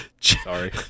Sorry